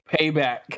Payback